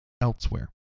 elsewhere